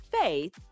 faith